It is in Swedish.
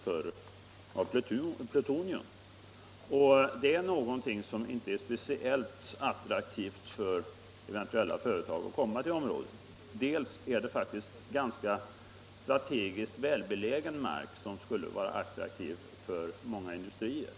Är statsrådet beredd att medverka till att Vännäs får annan sysselsättning i stället för den som kommunen mist och nu riskerar att mista genom SJ:s inskränkningar i sin verksamhet?